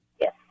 yes